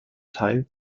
teil